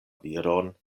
viron